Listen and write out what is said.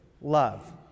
love